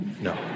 No